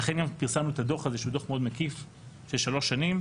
לכן גם פרסמנו את הדוח הזה שהוא דוח מאוד מקיף של שלוש שנים.